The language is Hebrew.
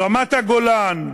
ברמת-הגולן,